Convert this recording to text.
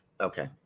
Okay